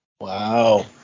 Wow